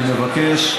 אני מבקש,